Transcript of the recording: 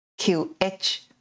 QH